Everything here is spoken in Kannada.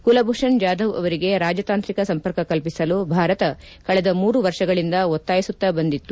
ಕುಲಭೂಷಣ್ ಜಾಧವ್ ಅವರಿಗೆ ರಾಜತಾಂತ್ರಿಕ ಸಂಪರ್ಕ ಕಲ್ಲಿಸಲು ಭಾರತ ಕಳೆದ ಮೂರು ವರ್ಷಗಳಿಂದ ಒತ್ತಾಯಿಸುತ್ತಾ ಬಂದಿತ್ತು